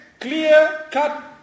clear-cut